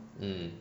mm